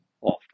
often